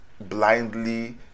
blindly